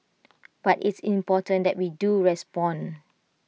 but it's important that we do respond